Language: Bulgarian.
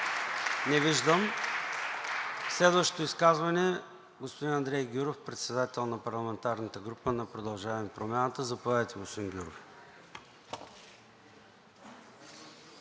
Не виждам. Следващото изказване – господин Андрей Гюров, председател на парламентарната група на „Продължаваме Промяната“. Заповядайте, господин Гюров.